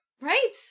Right